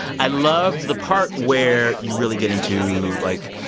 i loved the part where you really get into, like,